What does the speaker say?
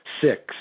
six